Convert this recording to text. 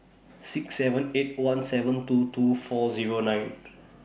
six seven eight one seven two two four Zero nine